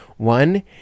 One